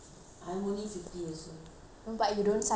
but you don't sign contract yours is like a permanent job